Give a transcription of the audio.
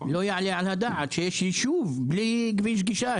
לא יעלה על הדעת שיש יישוב בלי כביש גישה.